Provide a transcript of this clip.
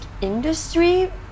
industry